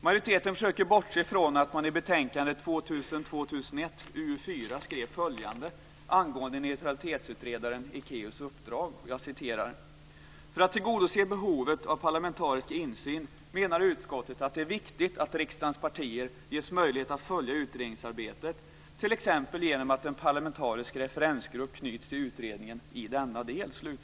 Majoriteten försöker bortse från att man i betänkande 2000/01:UU4 skriver följande angående neutralitetsutredaren Ekéus uppdrag: "För att tillgodose behovet av parlamentarisk insyn menar utskottet att det är viktigt att riksdagens partier ges möjlighet att följa utredningsarbetet t.ex. genom att en parlamentarisk referensgrupp knyts till utredningen i denna del."